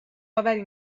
آوری